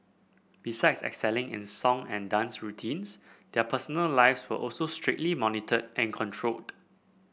besides excelling in song and dance routines their personal lives were also strictly monitored and controlled